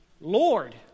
Lord